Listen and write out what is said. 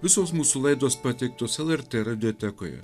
visos mūsų laidos pateiktos lrt radiotekoje